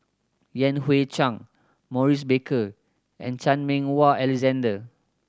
Yan Hui Chang Maurice Baker and Chan Meng Wah Alexander